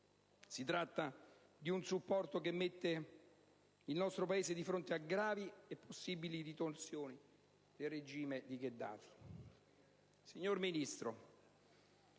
Si tratta di un supporto che mette il nostro Paese di fronte a gravi e possibili ritorsioni del regime di Gheddafi.